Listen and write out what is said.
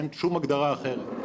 אין שום הגדרה אחרת.